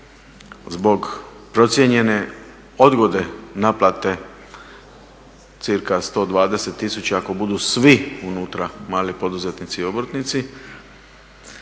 zbog procijenjene odgode naplate cirka 120 tisuća ako budu svi unutra mali poduzetnici i obrtnici.